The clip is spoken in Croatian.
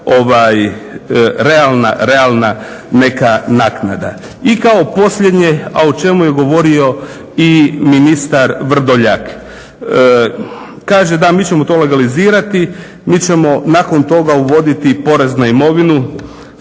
realna neka naknada I kao posljednje, a o čemu je govorio i ministar Vrdoljak, kaže da mi ćemo to legalizirati, mi ćemo nakon toga uvoditi porez na imovinu,